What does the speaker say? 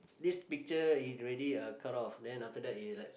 this picture is already a cut off then after that it is like